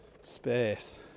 space